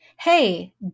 hey